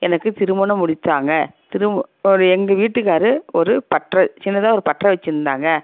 எனக்கு திருமணம் முடித்தாங்க திரு ஒரு எங்கள் வீட்டுக்காரரு ஒரு பட்டற சின்னதாக ஒரு பட்டற வெச்சுருந்தாங்க